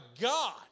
God